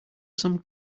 some